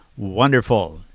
Wonderful